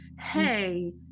hey